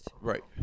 right